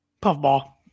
Puffball